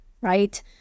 right